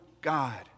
God